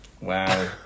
Wow